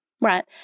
Right